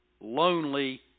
lonely